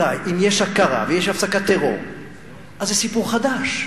אולי אם יש הכרה ויש הפסקת טרור אז זה סיפור חדש.